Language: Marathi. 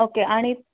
ओके आणि